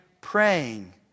praying